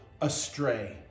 astray